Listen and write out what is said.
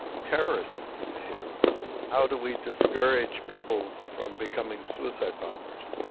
terrorism is a behavioural problem. how do we discourage people from becoming suicide bombers?